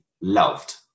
loved